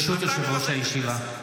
ברשות יושב-ראש הישיבה,